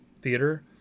theater